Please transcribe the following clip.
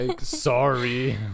sorry